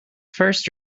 first